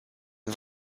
une